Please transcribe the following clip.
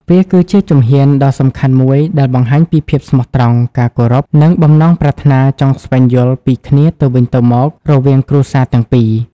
វាគឺជាជំហានដ៏សំខាន់មួយដែលបង្ហាញពីភាពស្មោះត្រង់ ការគោរព និងបំណងប្រាថ្នាចង់ស្វែងយល់ពីគ្នាទៅវិញទៅមករវាងគ្រួសារទាំងពីរ។